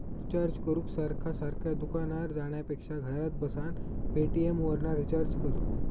recharge करूक सारखा सारखा दुकानार जाण्यापेक्षा घरात बसान पेटीएमवरना रिचार्ज कर